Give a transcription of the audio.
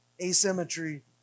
Asymmetry